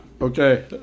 Okay